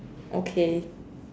okay